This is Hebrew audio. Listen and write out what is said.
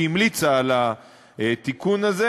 שהמליצה על התיקון הזה.